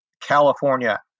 California